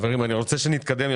חברים, אני רוצה שנתקדם.